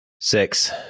Six